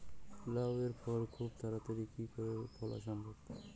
লাউ এর ফল খুব তাড়াতাড়ি কি করে ফলা সম্ভব?